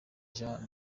jean